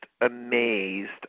amazed